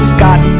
Scott